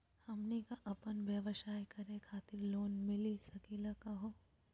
हमनी क अपन व्यवसाय करै खातिर लोन मिली सकली का हो?